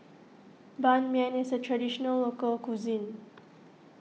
Ban Mian is a Traditional Local Cuisine